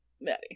Maddie